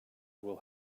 will